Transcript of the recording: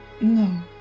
No